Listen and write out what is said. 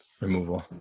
removal